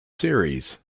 series